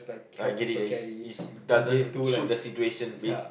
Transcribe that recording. I get is is doesn't suit the situation based